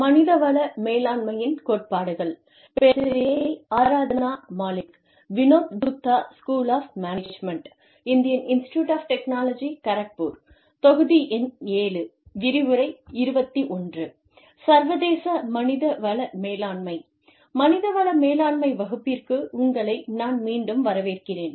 மனித வள மேலாண்மை வகுப்பிற்கு உங்களை நான் மீண்டும் வரவேற்கிறேன்